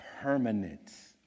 Permanence